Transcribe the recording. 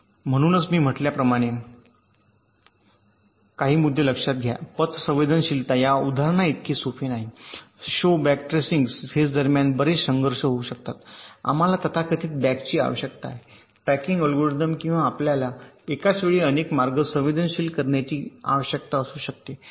म्हणूनच मी म्हटल्याप्रमाणे काही मुद्दे लक्षात घ्या पथ संवेदनशीलता या उदाहरणाइतके सोपे नाही शो बॅक ट्रेसिंग फेज दरम्यान बरेच संघर्ष होऊ शकतात आम्हाला तथाकथित बॅकची आवश्यकता आहे ट्रॅकिंग अल्गोरिदम किंवा आपल्याला एकाच वेळी अनेक मार्ग संवेदनशील करण्याची आवश्यकता असू शकते